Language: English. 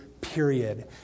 period